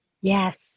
Yes